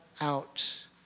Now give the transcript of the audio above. out